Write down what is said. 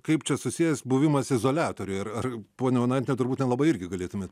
kaip čia susijęs buvimas izoliatoriuje ar ar ponia onaitiene turbūt nelabai irgi galėtumėt